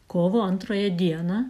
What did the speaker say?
kovo antrąją dieną